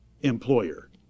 employer